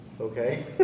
okay